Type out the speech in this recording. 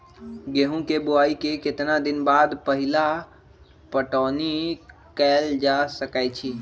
गेंहू के बोआई के केतना दिन बाद पहिला पटौनी कैल जा सकैछि?